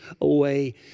away